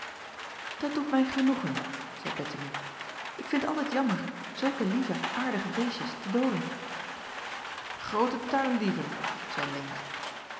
dat doet mij genoegen zeî bettemie ik vind altijd jammer zulke lieve aardige beestjes te dooden groote tuindieven zeî leentje